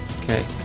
Okay